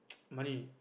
money